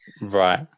Right